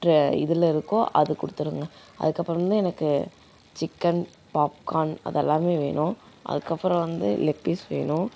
இதில் இருக்கோ அது கொடுத்துருங்க அதுக்கப்புறம் வந்து எனக்கு சிக்கன் பாப்கார்ன் அதெல்லாம் வேணும் அதுக்கப்புறம் வந்து லெக் பீஸ் வேணும்